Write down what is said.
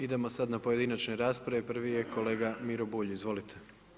Idemo sad na pojedinačne rasprave, prvi je kolega Miro Bulj, izvolite.